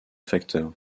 facteur